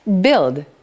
Build